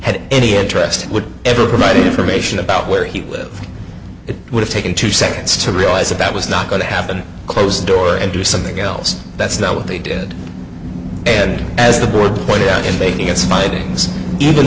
had any interest would ever provide information about where he lives it would have taken two seconds to realize about was not going to happen close the door and do something else that's not what they did and as the board pointed out in making its findings even